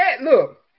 look